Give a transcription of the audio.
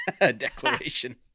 Declaration